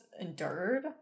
endured